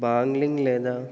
blogging లేదా